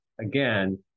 again